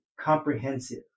comprehensive